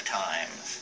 times